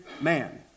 man